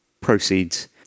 proceeds